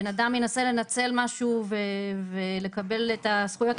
בן אדם ינסה לנצל משהו ולקבל את הזכויות.